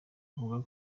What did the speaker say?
avuga